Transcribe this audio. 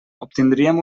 obtindríem